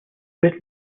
bit